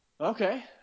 Okay